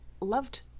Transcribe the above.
loved